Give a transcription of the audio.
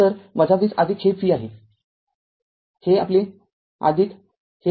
तर २० हे V आहे हे r हे आहे